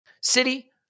City